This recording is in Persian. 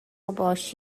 ﺧﻮﺭﺩﯾﻢ